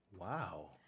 Wow